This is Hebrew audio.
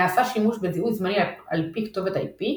נעשה שימוש בזיהוי זמני על פי כתובת IP,